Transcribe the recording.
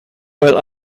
while